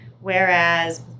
whereas